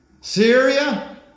Syria